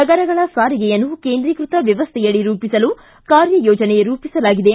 ನಗರಗಳ ಸಾರಿಗೆಯನ್ನು ಕೇಂದ್ರೀಕೃತ ವ್ಣವಸ್ಥೆಯಡಿ ರೂಪಿಸಲು ಕಾರ್ಯಯೋಜನೆ ರೂಪಿಸಲಾಗಿದೆ